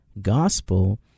gospel